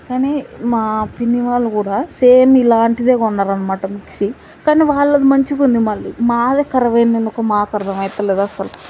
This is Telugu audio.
కానీ మా పిన్ని వాళ్ళు కూడా సేమ్ ఇలాంటిదే కొన్నారన్నమాట మిక్సీ కానీ వాళ్ళది మంచిగా ఉంది మళ్ళీ మాదే ఖరాబ్ అయింది ఎందుకో మాకు ఆర్తమైతలేదు అసలు